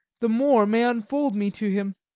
the moor may unfold me to him